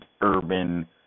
urban